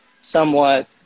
somewhat